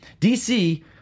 DC